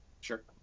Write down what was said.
Sure